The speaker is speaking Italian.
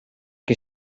che